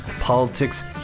politics